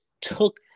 Took